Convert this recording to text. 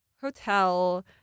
hotel